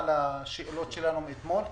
על השאלות שלנו מאתמול?